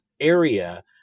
area